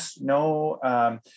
no